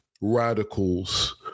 radicals